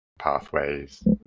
pathways